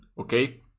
Okay